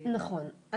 נכון,